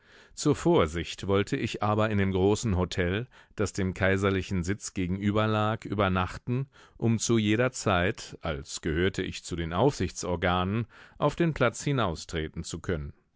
zur vorsicht wollte ich aber in dem großen hotel das dem kaiserlichen sitz gegenüberlag übernachten um zu jeder zeit als gehörte ich zu den aufsichtsorganen auf den platz hinaustreten zu können